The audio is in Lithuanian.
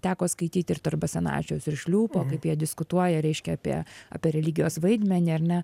teko skaityt ir tarp basanavičiaus ir šliūpo kaip jie diskutuoja reiškia apie apie religijos vaidmenį ar ne